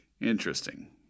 Interesting